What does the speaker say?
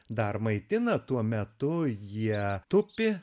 dar maitina tuo metu jie tupi